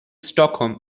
stockholm